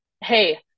hey